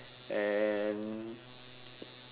and